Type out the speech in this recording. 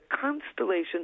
constellation